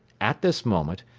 at this moment,